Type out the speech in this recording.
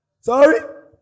Sorry